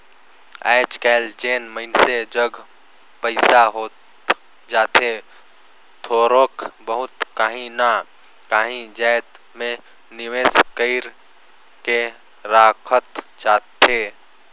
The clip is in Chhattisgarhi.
आएज काएल जेन मइनसे जग पइसा होत जाथे थोरोक बहुत काहीं ना काहीं जाएत में निवेस कइर के राखत जाथे